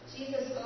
Jesus